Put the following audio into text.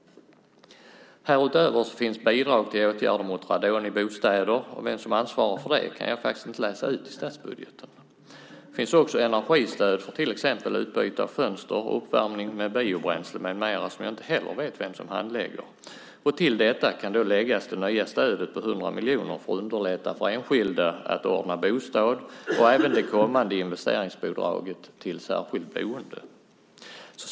Härutöver finns bidrag till åtgärder mot radon i bostäder, och vem som ansvarar för det kan jag faktiskt inte läsa ut i statsbudgeten. Det finns också energistöd för utbyte av fönster, uppvärmning med biobränsle med mera. Det vet jag inte heller vem som handlägger. Till detta kan läggas det nya stödet på 100 miljoner för att underlätta för enskilda att ordna bostad och även det kommande investeringsbidraget till särskilt boende.